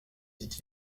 dit